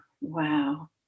wow